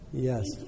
Yes